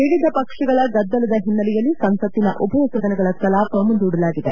ವಿವಿಧ ಪಕ್ಷಗಳ ಗದ್ದಲದ ಹಿನ್ನೆಲೆಯಲ್ಲಿ ಸಂಸತ್ತಿನ ಉಭಯ ಸದನಗಳ ಕಲಾಪ ಮುಂದೂಡಲಾಗಿದೆ